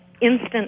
instant